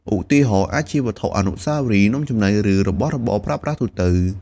ឧទាហរណ៍ អាចជាវត្ថុអនុស្សាវរីយ៍ នំចំណី ឬរបស់របរប្រើប្រាស់ទូទៅ។